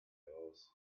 heraus